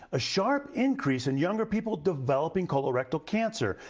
a sharp increase in younger people developing colorectal cancer,